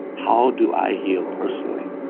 how do i heal personally?